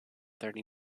thirty